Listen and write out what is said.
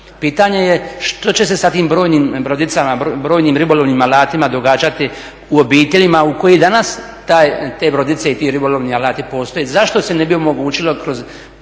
Pitanje je što će se sa tim brojnim brodicama, brojnim ribolovnim alatima događati u obiteljima u koji danas te brodice i ti ribolovni alati postoje. Zašto se ne bi omogućilo kroz